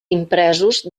impresos